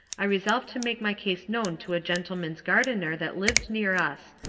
i resolved to make my case known to a gentleman's gardiner that lived near us,